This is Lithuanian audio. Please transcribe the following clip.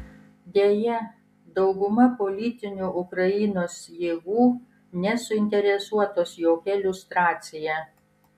deja dauguma politinių ukrainos jėgų nesuinteresuotos jokia liustracija